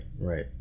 right